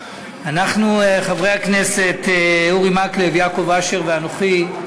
חברי הכנסת אורי מקלב ויעקב אשר ואנוכי,